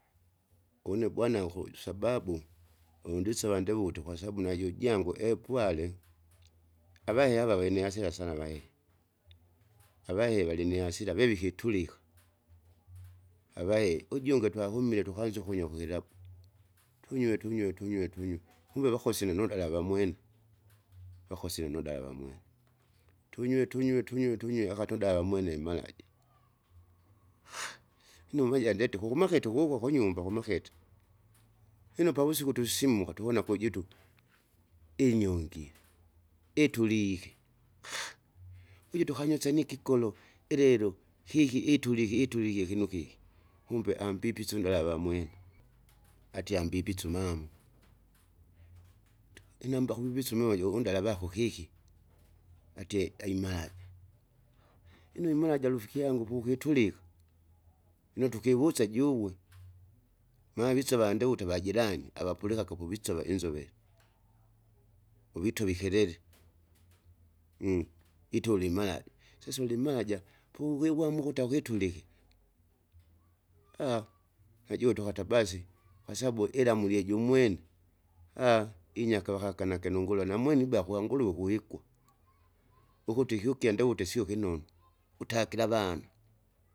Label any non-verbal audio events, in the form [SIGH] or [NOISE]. Une bwana uku sababu, undisova ndiwute kwasababu najujangu epwale, avahehe ava vaini hasira sana avahehe, avahehe valinihasira vevikitulika, avahehe ujungi twahumile tukanza ukunywa kukilabu, tunywe tunywe tunywe tunywe, kumbe wakosene nundala vamwene, vakosene nundala vamwene. Tunywe tunywe tunywe tunywe akati undala wamwene mmalaja lino uvaja ndeti kukumakete ukuko kunyumba kumakete, lino pavusiku tusimuka tuwona kujutu, inyongire, itulike [HESITATION] uju tukanyosa nikikolo ilelo syiki itulike itulike kinu kiki? kumbe ambipise undala vamwene. Atie ambipise umama tu- inamba kuvipisa umojo undala vaku kiki, atie aimalaja, lino umulaja rufiki yangu kukitulika, lino tukiwusa juwe, maa vise vandeute vajirani avapulikake puvisova inzovere, uvitove ikelele [HESITATION] itole imaraja, sasa ulimaraja po gwigwamua ukuti aukitulike [HESITATION] najuta ukata basi, kwasabu ilamulie jumwene, [HESITATION] inyaka wakakanake nungura nungurya namwene iba kwanguruwe kuhikwa, ukuti kyukya ndaute sio kinonu, utagila avana.